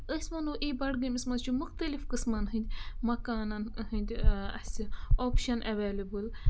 أسۍ وَنو یی بَڈگٲمِس منٛز چھِ مُختٔلِف قٕسمَن ہٕنٛدۍ مکانَن ہٕنٛدۍ اَسہِ آپشَن اٮ۪ویلیبٕل